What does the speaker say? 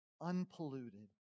unpolluted